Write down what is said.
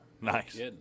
Nice